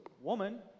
woman